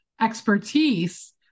expertise